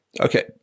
Okay